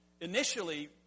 initially